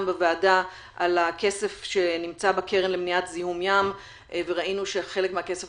בוועדה על הכסף שנמצא בקרן למניעת זיהום ים וראינו שחלק מהכסף